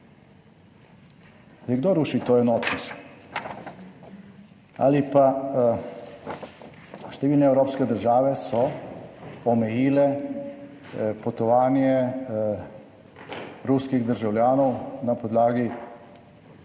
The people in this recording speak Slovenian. kdo ruši to enotnost? Ali pa Številne evropske države so omejile potovanje ruskih državljanov na podlagi